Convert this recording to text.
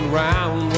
round